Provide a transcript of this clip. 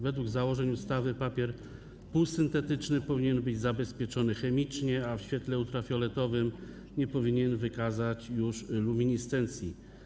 Według założeń ustawy papier półsyntetyczny powinien być zabezpieczony chemicznie, a w świetle ultrafioletowym nie powinien wykazać luminescencji.